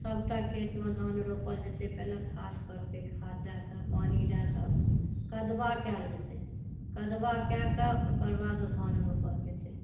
सभटा खेतमे धान रोपल जेतै पहिने खाद परतै खाद दयकऽ पानी दयकऽ कदबा कयल जेतै कदबा कए कऽ ओकर बाद ओ धान रोपल जेतै